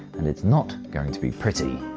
and it's not going to be pretty.